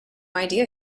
idea